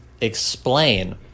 explain